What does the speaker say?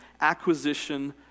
acquisition